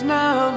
now